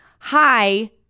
hi